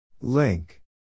Link